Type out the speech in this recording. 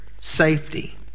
safety